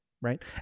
right